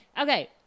okay